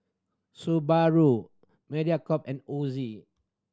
Subaru Mediacorp and Ozi